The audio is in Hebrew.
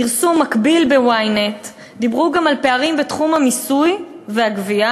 בפרסום מקביל ב-ynet דיברו גם על פערים בתחום המיסוי והגבייה.